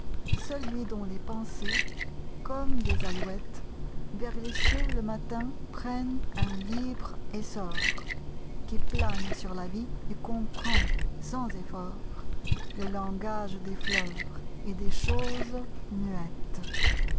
celui dont les pensers comme des alouettes vers les deux le matin prennent un libre essor qui plane sur la vie et comprend sans effortle langage des tleurs et des choses muettes